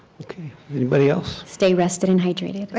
anybody else? say rested and hydrated. but